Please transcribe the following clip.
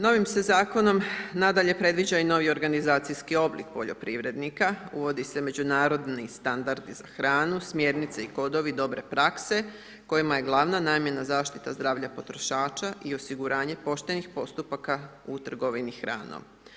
Novim se Zakonom nadalje predviđa i novi organizacijski oblik poljoprivrednika, uvodi se međunarodni standardi za hranu, smjernice i kodovi dobre prakse kojima je glavna namjena zaštita zdravlja potrošača i osiguranje poštenih postupaka u trgovini hranom.